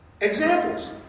Examples